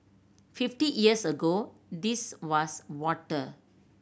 fifty years ago this was water